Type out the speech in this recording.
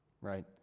right